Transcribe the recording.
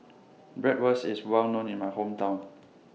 Bratwurst IS Well known in My Hometown